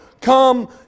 come